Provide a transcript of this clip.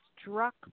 struck